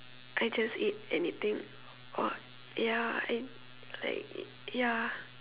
I just eat anything or ya and like ya